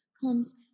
comes